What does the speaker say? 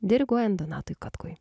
diriguojant donatui katkui